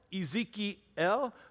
Ezekiel